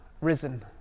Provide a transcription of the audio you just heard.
risen